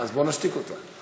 אז בוא נשתיק אותה.